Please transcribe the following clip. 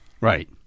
Right